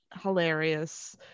hilarious